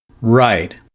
Right